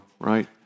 right